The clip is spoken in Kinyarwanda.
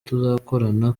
tuzakorana